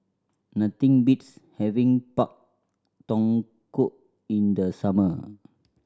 nothing beats having Pak Thong Ko in the summer